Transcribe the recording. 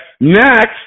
Next